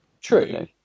True